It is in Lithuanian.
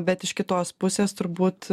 bet iš kitos pusės turbūt